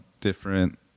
different